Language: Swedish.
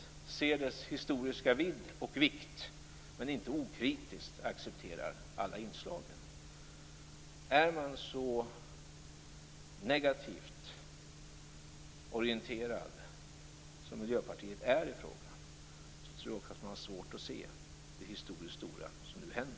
Vi ser dess historiska vidd och vikt. Men det är inte så att vi okritiskt accepterar alla inslag. Är man så negativt orienterad som Miljöpartiet är i frågan, tror jag också att man har svårt att se det historiskt stora som nu händer.